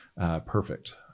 perfect